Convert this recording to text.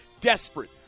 desperate